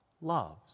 loves